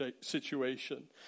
situation